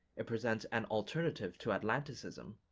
it presents an alternative to atlanticism,